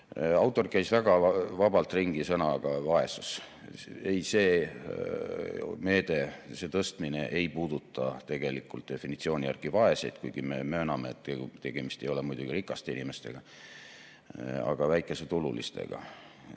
käis väga vabalt ringi sõnaga "vaesus". Ei, see meede, see tõstmine ei puuduta tegelikult definitsiooni järgi vaeseid, kuigi me mööname, et tegemist ei ole muidugi rikaste inimestega, vaid väikesetululistega.